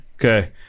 Okay